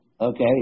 okay